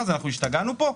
אנחנו השתגענו פה?